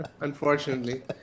Unfortunately